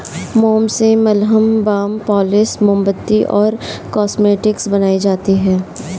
मोम से मलहम, बाम, पॉलिश, मोमबत्ती और कॉस्मेटिक्स बनाई जाती है